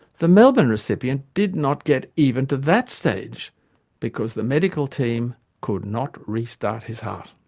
the melbourne recipient did not get even to that stage because the medical team could not re-start his heart.